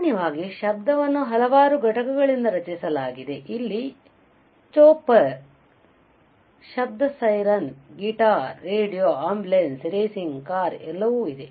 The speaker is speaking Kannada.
ಸಾಮಾನ್ಯವಾಗಿ ಶಬ್ದವನ್ನು ಹಲವಾರು ಘಟಕಗಳಿಂದ ರಚಿಸಲಾಗಿದೆ ಇಲ್ಲಿ ಚಾಪರ್ ಕಾರಿನ ಶಬ್ದ siren guitar radio ambulance racing ಕಾರ್ಎಲ್ಲವೂ ಇದೆ